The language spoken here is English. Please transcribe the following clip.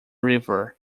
river